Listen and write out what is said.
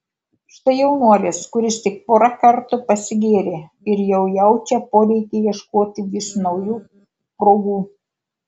štai jaunuolis kuris tik porą kartų pasigėrė ir jau jaučia poreikį ieškoti vis naujų progų